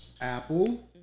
apple